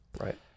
Right